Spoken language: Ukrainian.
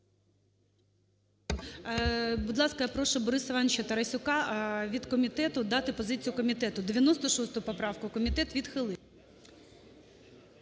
Будь ласка, я прошу Бориса Івановича Тарасюка від комітету дати позицію комітету. 96 поправку комітет відхилив.